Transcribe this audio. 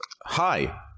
hi